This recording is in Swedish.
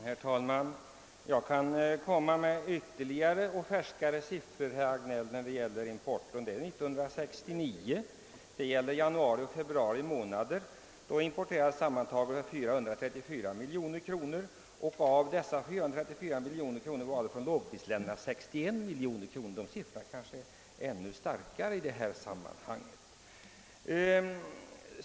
Herr talman! Jag kan, herr Hagnell, presentera ytterligare siffror för importen, och de är ännu färskare än herr Hagnells — siffrorna gäller januari och februari månader 1969. Då impor-. terades för sammantaget 434 miljoner kronor, varav 61 miljoner kronor avsåg import från lågprisländer. De siffrorna är kanske ännu mer talande i detta sammanhang.